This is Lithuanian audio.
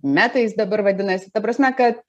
meta jis dabar vadinasi ta prasme kad